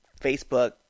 Facebook